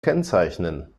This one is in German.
kennzeichnen